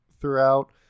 throughout